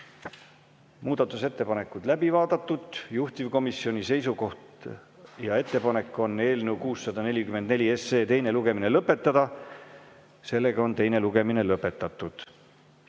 Muudatusettepanekud on läbi vaadatud. Juhtivkomisjoni seisukoht ja ettepanek on eelnõu 644 teine lugemine lõpetada. Sellega on teine lugemine lõpetatud.